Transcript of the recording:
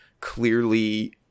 clearly